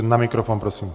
Na mikrofon prosím.